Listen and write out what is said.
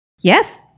yes